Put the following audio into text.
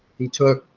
he took